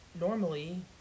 normally